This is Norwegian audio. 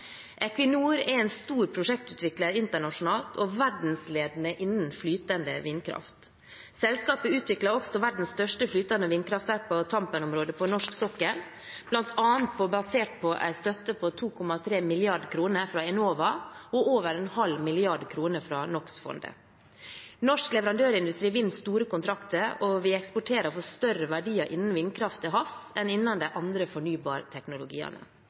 Equinor er en stor prosjektutvikler internasjonalt og verdensledende innen flytende vindkraft. Selskapet utviklet også verdens største flytende vindkraftverk på Tampen-området på norsk sokkel, bl.a. basert på en støtte på 2,3 mrd. kr fra Enova og over en halv milliard kroner fra NOx-fondet. Norsk leverandørindustri vinner store kontrakter, og vi eksporterer for større verdier innen vindkraft til havs enn innen de andre